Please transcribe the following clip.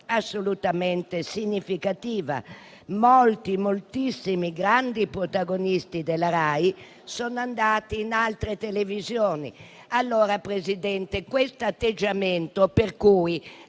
assolutamente significativa. Moltissimi grandi protagonisti della Rai sono andati in altre televisioni. Allora, Presidente, questo atteggiamento per cui